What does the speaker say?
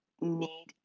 need